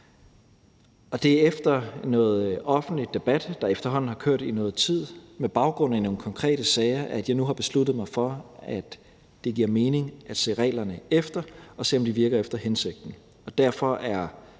Det er efter noget offentlig debat, der efterhånden har kørt i noget tid med baggrund i nogle konkrete sager, at jeg nu har besluttet mig for, at det giver mening at se reglerne efter og se, om de virker efter hensigten, og derfor er